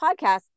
podcast